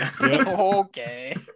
Okay